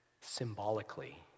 symbolically